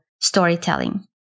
storytelling